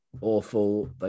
awful